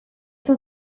dut